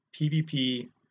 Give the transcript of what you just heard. PVP